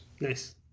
nice